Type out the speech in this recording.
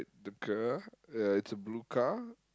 the the car ya it's a blue car